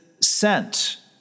sent